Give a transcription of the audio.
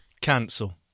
Cancel